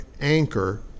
anchor